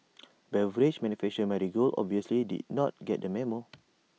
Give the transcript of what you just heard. beverage manufacture Marigold obviously did not get the memo